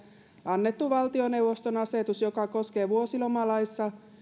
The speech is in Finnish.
annettu valtioneuvoston asetus joka koskee vuosilomalaissa